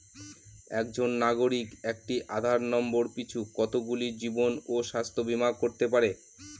একজন নাগরিক একটি আধার নম্বর পিছু কতগুলি জীবন ও স্বাস্থ্য বীমা করতে পারে?